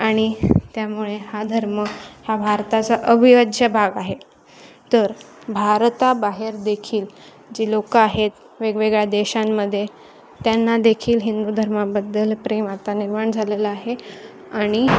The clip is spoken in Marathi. आणि त्यामुळे हा धर्म हा भारताचा अविभाज्य भाग आहे तर भारताबाहेर देखील जी लोकं आहेत वेगवेगळ्या देशांमध्ये त्यांना देखील हिंदू धर्माबद्दल प्रेम आता निर्माण झालेलं आहे आणि